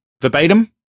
verbatim